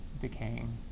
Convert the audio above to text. decaying